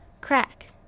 Crack